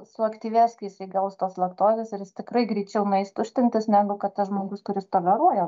suaktyvės kai jisai gaus tos laktozės ir jis tikrai greičiau nueis tuštintis negu kad tas žmogus kuris toleruoja